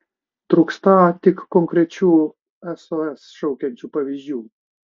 trūkstą tik konkrečių sos šaukiančių pavyzdžių